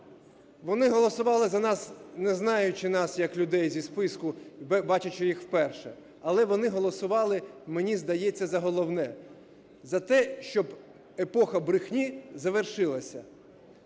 Вони голосували за нас, не знаючи нас як людей зі списку, бачачи їх вперше, але вони голосували, мені здається, за головне – за те, щоб епоха брехні завершилася